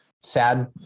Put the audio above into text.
sad